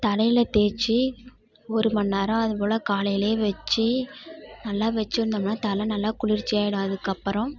தலையில் தேய்ச்சி ஒருமணி நேரம் அதுபோல் காலையிலே வச்சி நல்லா வச்சிருந்தோம்னா தலை நல்லா குளிர்ச்சியாயிடும் அதுக்கப்புறம்